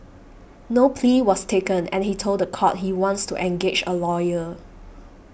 no plea was taken and he told the court he wants to engage a lawyer